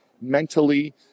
mentally